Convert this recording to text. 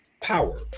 power